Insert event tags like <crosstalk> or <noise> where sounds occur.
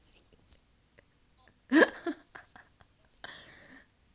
<laughs>